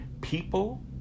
people